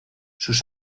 sus